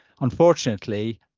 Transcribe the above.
unfortunately